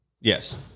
Yes